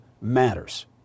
matters